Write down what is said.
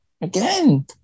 again